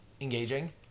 engaging